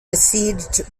besieged